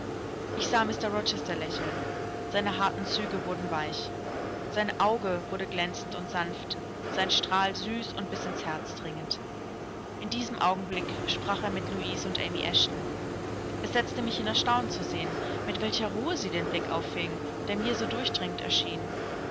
ich sah mr rochester lächeln seine harten züge wurden weich sein auge wurde glänzend und sanft sein strahl süß und bis ins herz dringend in diesem augenblick sprach er mit louise und amy eshton es setzte mich in erstaunen zu sehen mit welcher ruhe sie den blick auffingen der mir so durchdringend erschien